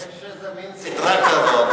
יש איזה מין סדרה כזאת.